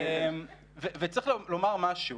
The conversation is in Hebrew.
-- וצריך לומר משהו: